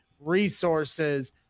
resources